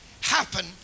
happen